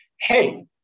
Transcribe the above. hey